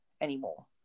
anymore